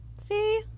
See